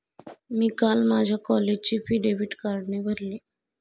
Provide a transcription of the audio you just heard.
मी काल माझ्या कॉलेजची फी डेबिट कार्डने भरली